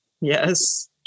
Yes